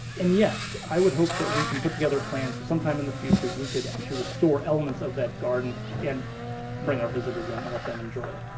and yes, i would hope that we can put together plans sometime in the future, that we could actually restore elements of that garden and bring our visitors in and but them enjoy it.